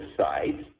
sides